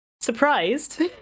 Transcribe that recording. surprised